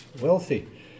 wealthy